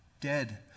Dead